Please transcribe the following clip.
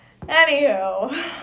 Anywho